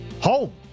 Home